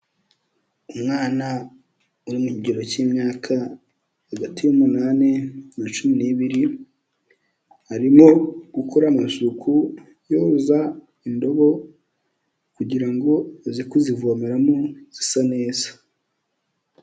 Umwana uri mukigero cy'imyaka hagati y'umunani na cumi n'ibiri, arimo gukora amasuku yoza indobo kugira ngo aze kuzivomeramo zisa neza.